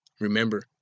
Remember